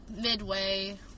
midway